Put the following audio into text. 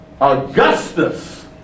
Augustus